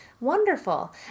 Wonderful